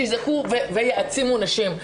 שיזעקו ויעצימו נשים.